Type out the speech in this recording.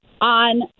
on